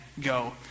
Go